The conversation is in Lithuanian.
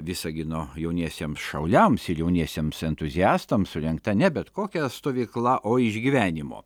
visagino jauniesiems šauliams jauniesiems entuziastams surengta ne bet kokia stovykla o išgyvenimo